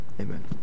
amen